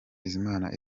bizimana